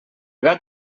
gat